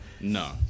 no